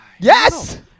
Yes